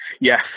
Yes